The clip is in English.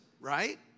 right